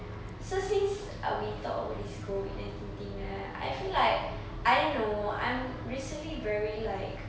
so since uh we talk about this COVID nineteen thing eh I feel like I don't know I'm recently very like